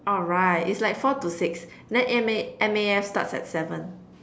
alright it's like four to six and M_A M_A_F starts at seven